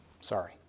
Sorry